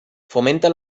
fomenta